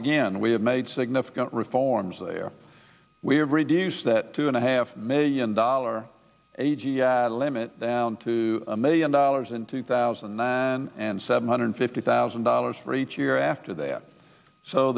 again we have made significant reforms there we have reduced that two and a half million dollar limit down to a million dollars in two thousand and seven hundred fifty thousand dollars for each year after that so